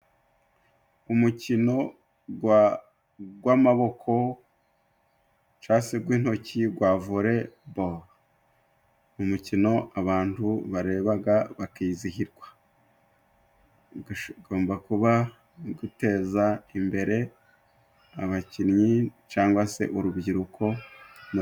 Umukino gw'amaboko cangwa se gw'intoki gwa vore, umukino abantu barebaga bakizihirwa. Gugomba kuba guteza imbere abakinnyi cyangwa se urubyiruko.